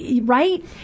Right